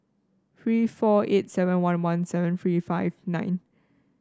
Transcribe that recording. three four eight seven one one seven three five nine